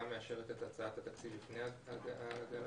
מאשרת את הצעת התקציב לפני ההגעה לכנסת?